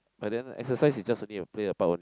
but then exercise is just only to play a part only